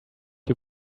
you